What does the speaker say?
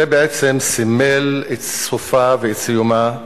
זה בעצם סימל את סופה, ואת סיומה,